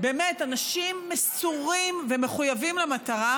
באמת אנשים מסורים ומחויבים למטרה,